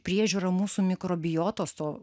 priežiūra mūsų mikrobiotos to